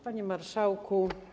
Panie Marszałku!